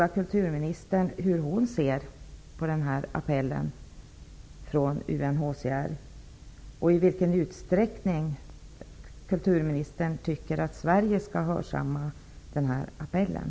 Appellen från UNHCR har avvisats av chefen för Sverige skall hörsamma den.